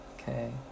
okay